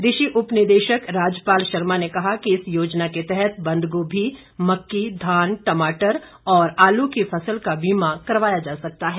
कृषि उपनिदेशक राजपाल शर्मा ने कहा कि इस योजना के तहत बंदगोभी मक्की धान टमाटर और आलू की फसल का बीमा करवाया जा सकता है